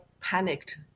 panicked